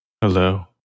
hello